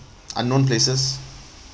unknown places